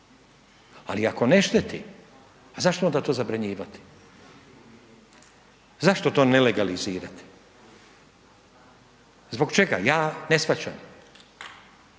ali ako ne šteti pa zašto onda to zabranjivati. Zašto to ne legalizirati, zbog čega, ja ne shvaćam.